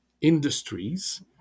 industries